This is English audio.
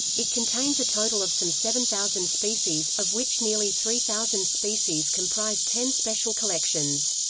it contains a total of some seven thousand species, of which nearly three thousand species comprise ten special collections.